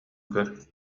көр